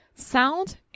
Sound